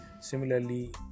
similarly